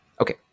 Okay